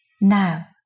Now